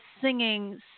singing